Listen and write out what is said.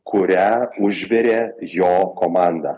kurią užvirė jo komanda